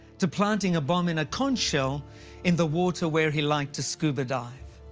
to planting a bomb in a conch shell in the water where he liked to scuba dive.